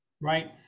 right